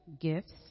gifts